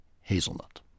hazelnut